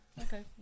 okay